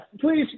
please